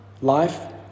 life